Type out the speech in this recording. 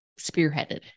spearheaded